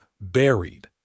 buried